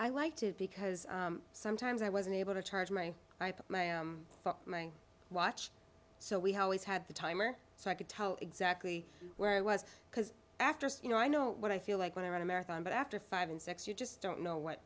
i like to because sometimes i wasn't able to charge my i put my my watch so we always had the timer so i could tell exactly where it was because after you know i know what i feel like when i run a marathon but after five and six you just don't know what